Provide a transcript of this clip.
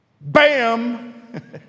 Bam